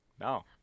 No